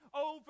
over